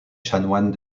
chanoine